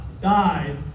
died